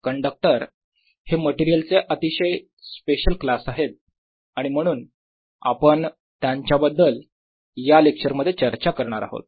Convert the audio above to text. conductor हे material चे अतिशय स्पेशल क्लास आहेत आणि म्हणून आपण त्यांच्याबद्दल या लेक्चर मध्ये चर्चा करणार आहोत